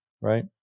right